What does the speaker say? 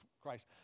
Christ